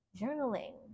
journaling